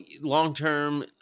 long-term